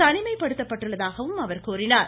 தனிமைப்படுத்தப்பட்டுள்ளதாகவும் கூறினார்